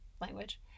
language